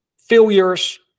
failures